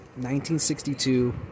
1962